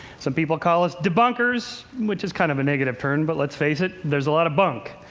some people call us debunkers, which is kind of a negative term. but let's face it, there's a lot of bunk.